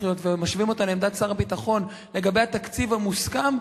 להיות ומשווים אותה לעמדת שר הביטחון לגבי התקציב המוסכם,